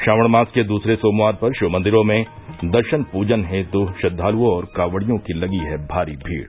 श्रावण मास के दूसरे सोमवार पर शिवमंदिरों में दर्शन पूजन हेत् श्रद्वालुओं और कॉवड़ियों की लगी है भारी भीड़